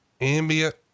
ambient